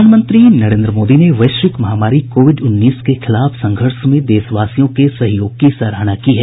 प्रधानमंत्री नरेंद्र मोदी ने वैश्विक महामारी कोविड उन्नीस के खिलाफ संघर्ष में देशवासियों के सहयोग की सराहना की है